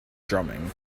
drumming